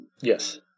Yes